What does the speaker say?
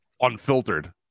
unfiltered